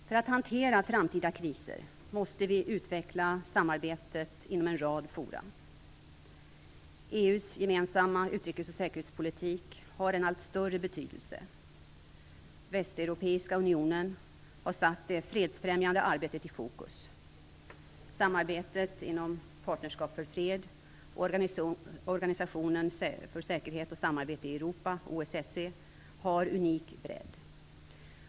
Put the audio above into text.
För att hantera framtida kriser måste vi utveckla samarbetet inom en rad forum. EU:s gemensammaoch säkerhetspolitik har en allt större betydelse. Västeuropeiska unionen har satt det fredsfrämjande arbetet i fokus. Samarbetet inom Partnerskap för fred och inom Organisationen för säkerhet och samarbete i Europa, OSSE, har unik bredd.